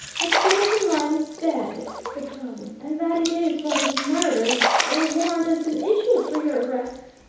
that thornton lyne is dead, said tarling, and that it is for his murder that a warrant has been issued for your arrest?